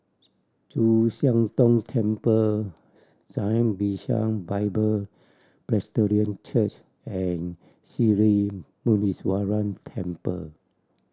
Chu Siang Tong Temple Zion Bishan Bible Presbyterian Church and Sri Muneeswaran Temple